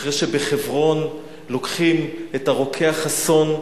אחרי שבחברון לוקחים את הרוקח חסון,